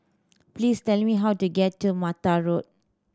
please tell me how to get to Mata Road